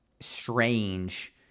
strange